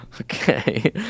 okay